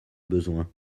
besoin